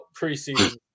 preseason